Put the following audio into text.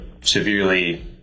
severely